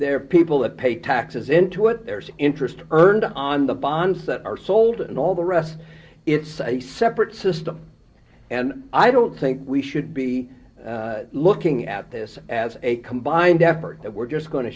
there are people that pay taxes into it there's interest earned on the bonds that are sold and all the rest it's a separate system and i don't think we should be looking at this as a combined effort that we're just go